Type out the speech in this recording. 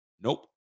Nope